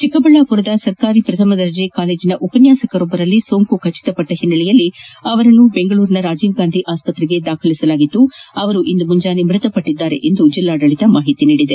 ಚೆಕ್ಕಬಳ್ಳಾಪುರದ ಸರ್ಕಾರಿ ಪ್ರಥಮ ದರ್ಜೆ ಕಾಲೇಜಿನ ಉಪನ್ಯಾಸಕರೊಬ್ಬರಲ್ಲಿ ಸೋಂಕು ದೃಢಪಟ್ಟ ಹಿನ್ನೆಲೆಯಲ್ಲಿ ಅವರನ್ನು ಬೆಂಗಳೂರಿನ ರಾಜೀವ್ ಗಾಂಧಿ ಆಸ್ಪತ್ರೆಗೆ ದಾಖಲಿಸಲಾಗಿತ್ತು ಅವರು ಇಂದು ಮುಂಜಾನೆ ಮೃತಪಟ್ಟಿದ್ದಾರೆ ಎಂದು ಜಿಲ್ಲಾಡಳಿತ ಹೇಳಿದೆ